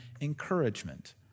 encouragement